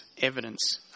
evidence